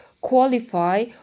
qualify